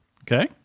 Okay